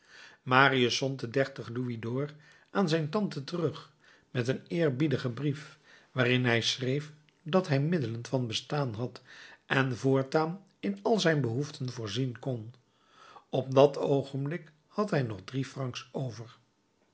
marius zond de dertig louisd'ors aan zijn tante terug met een eerbiedigen brief waarin hij schreef dat hij middelen van bestaan had en voortaan in al zijn behoeften voorzien kon op dat oogenblik had hij nog drie francs over